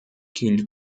qu’il